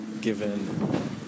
given